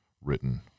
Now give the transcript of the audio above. written